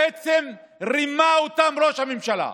בעצם רימה אותם ראש הממשלה.